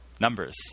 numbers